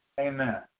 Amen